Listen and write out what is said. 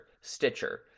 Stitcher